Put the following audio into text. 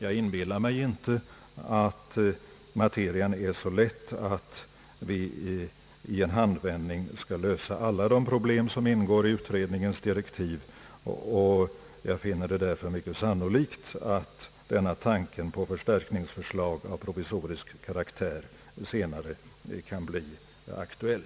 Jag inbillar mig inte att materian är så lätt att vi i en handvändning skall lösa alla de problem som ingår i utredningens direktiv. Jag finner det därför mycket sannolikt att tanken på förstärkningsförslag av provisorisk karaktär senare kan bli aktuell.